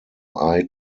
eye